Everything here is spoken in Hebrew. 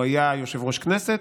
הוא היה יושב-ראש כנסת,